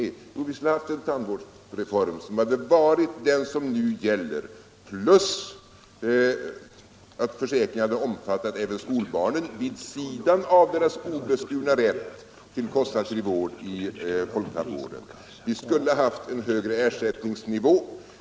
Enligt vårt förslag skulle vi ha haft en tandvårdsreform som hade varit den som nu gäller och dessutom hade försäkringen omfattat även skolbarnen, vid sidan av deras obeskurna rätt till kostnadsfri vård i folktandvården. Vi skulle ha haft en högre ersättningsnivå.